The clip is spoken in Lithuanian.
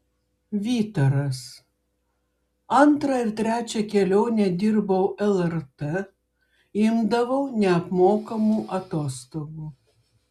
vytaras antrą ir trečią kelionę dirbau lrt imdavau neapmokamų atostogų